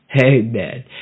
Amen